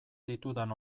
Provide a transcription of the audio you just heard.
ditudan